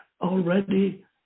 already